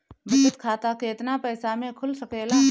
बचत खाता केतना पइसा मे खुल सकेला?